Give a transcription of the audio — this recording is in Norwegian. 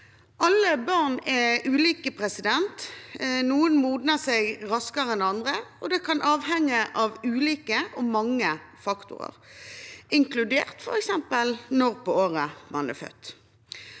Alle barn er ulike. Noen modnes raskere enn andre, og det kan avhenge av ulike og mange faktorer, inkludert f.eks. når på året barnet er født.